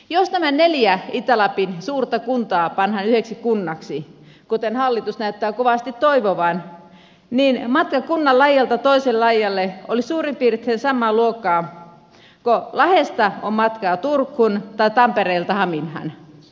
jos nämä neljä itä lapin suurta kuntaa pannaan yhdeksi kunnaksi kuten hallitus näyttää kovasti toivovan niin matka kunnan laidalta toiselle laidalle olisi suurin piirtein samaa luokkaa kuin lahdesta on matkaa turkuun tai tampereelta haminaan